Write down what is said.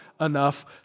enough